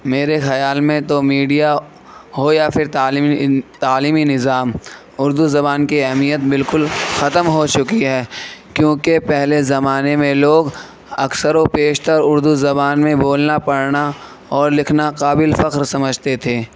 میرے خیال میں تو میڈیا ہو یا پھر تعلیمی تعلیمی نظام اُردو زبان کی اہمیت بالکل ختم ہو چُکی ہے کیونکہ پہلے زمانے میں لوگ اکثر و پیشتر اُردو زبان میں بولنا پڑھنا اور لکھنا قابل فخر سمجھتے تھے